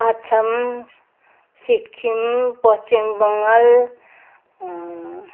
Assam Sikkim Paschim Bengal